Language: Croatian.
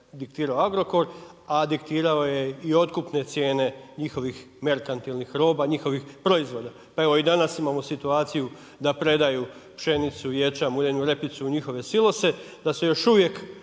diktirao Agrokor, a diktirao je i otkupne cijene njihovih merkantilnih roba, njihovih proizvoda. Pa i evo, i danas imamo situaciju, da predaju pšenicu, ječam, uljenu repice i njihove silose, da se još uvijek